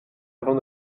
avant